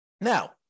Now